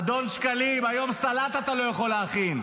אדון שקלים, היום סלט אתה לא יכול להכין.